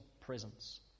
presence